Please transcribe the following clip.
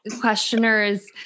questioners